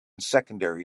secondary